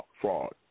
fraud